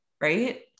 Right